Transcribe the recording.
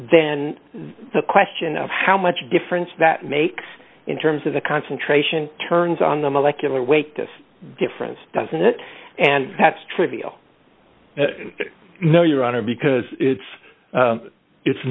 then the question of how much difference that makes in terms of the concentration turns on the molecular weight difference doesn't it and that's trivial no your honor because it's it's